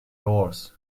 doors